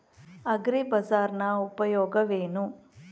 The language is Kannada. ಅಗ್ರಿಬಜಾರ್ ನ ಉಪಯೋಗವೇನು?